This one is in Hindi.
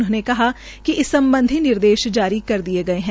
उन्होंने कहा कि इस सम्बधी निर्देश जारी कर दिए गए है